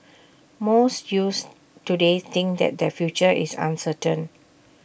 most youths today think that their future is uncertain